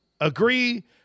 Agree